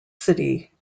city